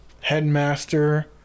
Headmaster